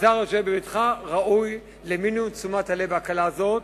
הזר השוהה בביתך ראוי למינימום תשומת הלב והקלה זאת.